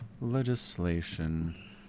Legislation